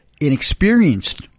inexperienced